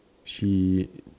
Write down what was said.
she